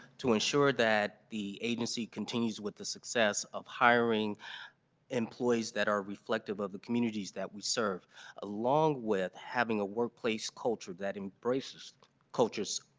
to ensure that the agency continues with the suck success of hiring employees that are reflective of the communities that we serve along with having a workplace culture that embraces cultures